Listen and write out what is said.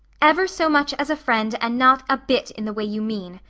ever so much as a friend and not a bit in the way you mean,